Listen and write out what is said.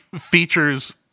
features